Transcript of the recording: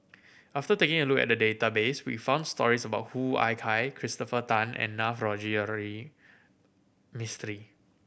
after taking a look at the database we found stories about Hoo Ah Kay Christopher Tan and Navroji R Mistri